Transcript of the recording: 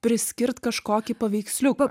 priskirt kažkokį paveiksliuką